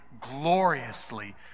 gloriously